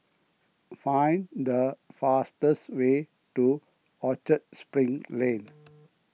find the fastest way to Orchard Spring Lane